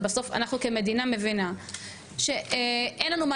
אבל בסוף אנחנו כמדינה מבינה שאין לנו מה